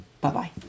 Bye-bye